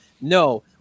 No